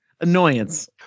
annoyance